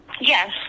Yes